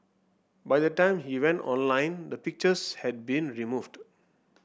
by the time he went online the pictures had been removed